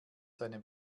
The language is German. seine